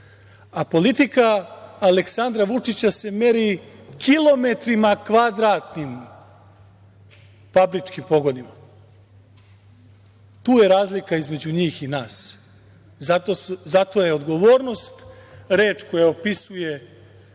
a politika Aleksandra Vučića se meri kilometrima kvadratnim fabričkim pogonima. Tu je razlika između njih i nas. Zato je odgovornost reč koja opisuje